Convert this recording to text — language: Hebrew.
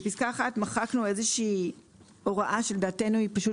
בפסקה (1) מחקנו איזושהי הוראה שלדעתנו היא פשוט